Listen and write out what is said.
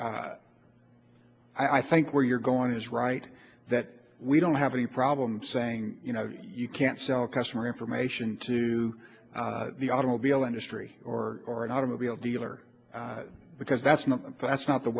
that i think where you're going is right that we don't have any problem saying you know you can't sell customer information to the automobile industry or or an automobile dealer because that's not that's not the